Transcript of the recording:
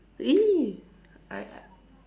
!ee! I